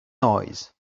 noise